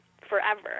forever